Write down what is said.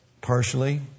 partially